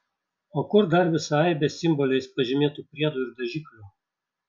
o kur dar visa aibė simboliais pažymėtų priedų ir dažiklių